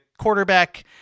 quarterback